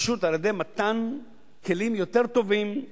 פשוט על-ידי מתן כלים יותר טובים,